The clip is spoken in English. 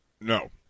No